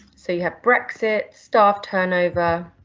so you have, brexit, staff turnover,